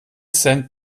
cent